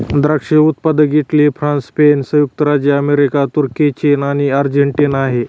द्राक्षाचे उत्पादक Italy, France, Spain, संयुक्त राज्य अमेरिका, तुर्की, चीन आणि अर्जेंटिना आहे